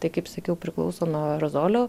tai kaip sakiau priklauso nuo aerozolio